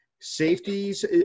safeties